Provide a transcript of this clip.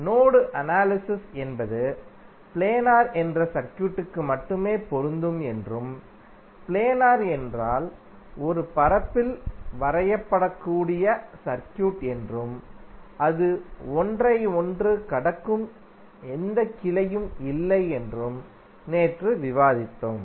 node analysis என்பது planar என்ற circuit க்கு மட்டுமே பொருந்தும் என்றும் பிளேனார் என்றால் ஒரு பரப்பில் வரையப்படக்கூடிய சர்க்யூட் என்றும் அது ஒன்றையொன்று கடக்கும் எந்த கிளையும் இல்லை என்றும் நேற்று விவாதித்தோம்